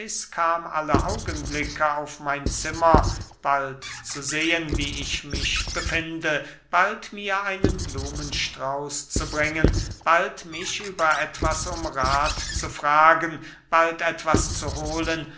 kam alle augenblicke auf mein zimmer bald zu sehen wie ich mich befinde bald mir einen blumenstrauß zu bringen bald mich über etwas um rath zu fragen bald etwas zu hohlen